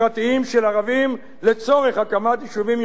לצורך הקמת יישובים יהודיים ביהודה ושומרון.